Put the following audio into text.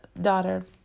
daughter